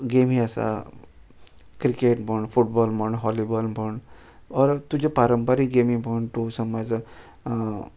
गेमी आसा क्रिकेट म्हण फुडबॉल म्हण हॉलिबॉल म्हण ऑर तुजे पारंपारीक गेमी म्हण तूं समज